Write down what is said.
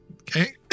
Okay